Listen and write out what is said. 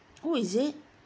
who is it